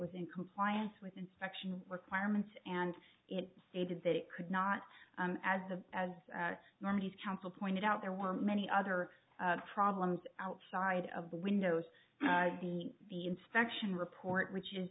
was in compliance with inspection requirements and it stated that it could not as a as normally as counsel pointed out there were many other problems outside of the windows the inspection report which is